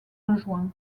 rejoints